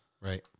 right